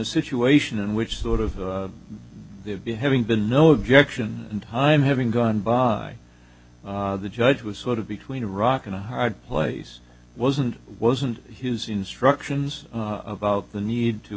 situation in which sort of they've been having been no objection and i'm having gone by the judge was sort of between a rock and a hard place wasn't wasn't his instructions about the need to